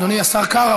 אדוני השר קרא,